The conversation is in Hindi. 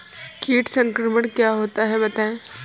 कीट संक्रमण क्या होता है बताएँ?